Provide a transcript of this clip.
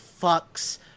fucks